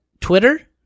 Twitter